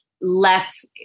less